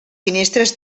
finestres